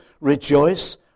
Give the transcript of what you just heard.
rejoice